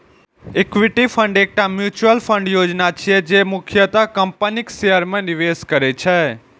equity fund एकटा mutual fund योजना छियै, जे मुख्यतः कंपनीक शेयर मे निवेश करै छै